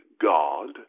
God